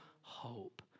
hope